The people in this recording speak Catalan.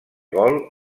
gol